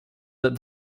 that